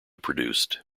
produced